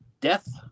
death